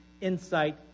insight